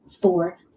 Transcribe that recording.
four